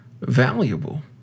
valuable